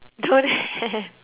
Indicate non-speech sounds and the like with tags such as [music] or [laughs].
[laughs]